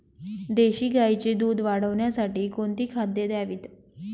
देशी गाईचे दूध वाढवण्यासाठी कोणती खाद्ये द्यावीत?